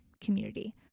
community